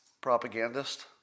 propagandist